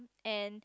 and